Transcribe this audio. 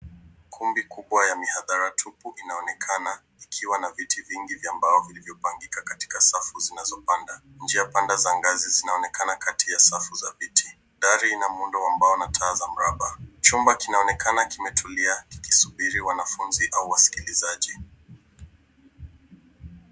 Kumbi kubwa ya mihadara tupu inaonekana ikiwa na viti vingi vya mbao vilivyopangika katika safu zinazopanda. Njia panda za ngazi zinaonekana kati ya safu dhabiti. Taa ina muundo ambao ni taa za mraba. Chumba kinaonekana kimetulia kikisubiri wanafunzi au wasikilizaji.